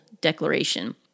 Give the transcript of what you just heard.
declaration